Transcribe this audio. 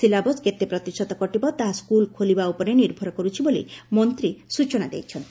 syllabus କେତେ ପ୍ରତିଶତ କଟିବ ତାହା ସ୍କୁଲ୍ ଖୋଲିବା ଉପରେ ନିର୍ଭର କରୁଛି ବୋଲି ମନ୍ତୀ ସୂଚନା ଦେଇଛନ୍ତି